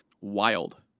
wild